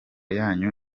yanyu